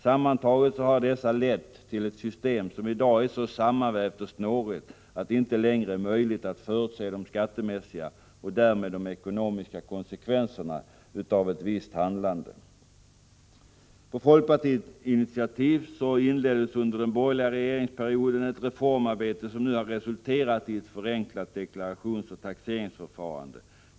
Sammantaget har dessa lett till ett system som i dag är så sammanvävt och snårigt att det inte längre är möjligt att förutse skattemässiga och därmed ekonomiska konsekvenser av ett visst handlande. På folkpartiets initiativ inleddes under den borgerliga regeringsperioden ett reformarbete som nu resulterat i ett förenklat deklarationsoch taxeringsförfarande.